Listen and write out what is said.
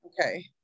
Okay